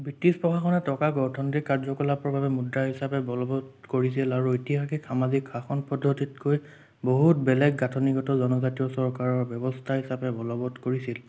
British প্ৰশাসনে টকাক অৰ্থনৈতিক কাৰ্যকলাপৰ বাবে মুদ্ৰা হিচাপে বলবৎ কৰিছিল আৰু ঐতিহাসিক সামাজিক শাসন পদ্ধতিতকৈ বহুত বেলেগ গাঁথনিগত জনজাতীয় চৰকাৰৰ ব্যৱস্থা হিচাপে বলবৎ কৰিছিল